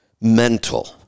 mental